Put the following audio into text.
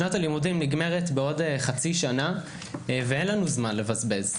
שנת הלימודים מסתיימת בעוד חצי שנה ואין לנו זמן לבזבז.